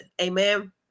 Amen